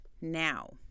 Now